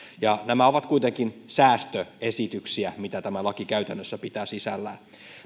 nämä ovat kuitenkin säästöesityksiä mitä tämä laki käytännössä pitää sisällään